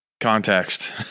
context